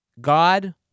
God